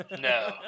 No